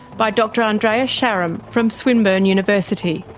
by dr andrea sharam from swinburne university.